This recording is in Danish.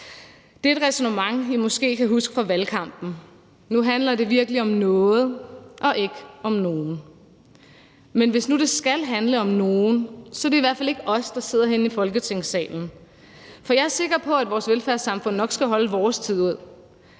Det er et ræsonnement, I måske kan huske fra valgkampen. Nu handler det virkelig om noget og ikke om nogen. Men hvis det nu skal handle om nogen, er det i hvert fald ikke os, der sidder herinde i Folketingssalen. For jeg er sikker på, at vores velfærdssamfund nok skal holde vores tid ud.